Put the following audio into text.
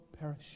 perish